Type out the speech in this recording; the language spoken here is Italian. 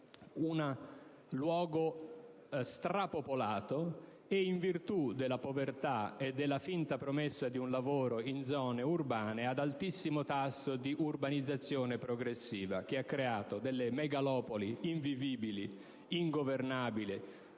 un luogo ultrapopolato e, in virtù della povertà e della finta promessa di un lavoro in zone urbane, ad altissimo tasso di urbanizzazione progressiva. Tale urbanizzazione da un lato ha creato megalopoli invivibili, ingovernabili